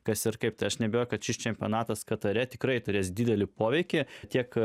kas ir kaip tas nebijo kad šis čempionatas katare tikrai turės didelį poveikį tiek